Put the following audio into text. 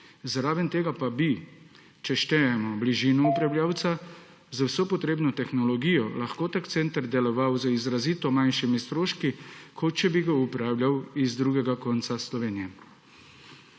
Zraven tega pa bi, če štejemo bližino upravljavca, z vso potrebno tehnologijo lahko tak center deloval z izrazito manjšimi stroški, kot če bi ga upravljali z drugega konca Slovenije.